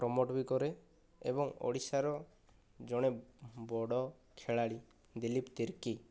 promote ବି କରେ ଏବଂ ଓଡ଼ିଶାର ଜଣେ ବଡ଼ ଖେଳାଳି ଦିଲୀପ ତିର୍କି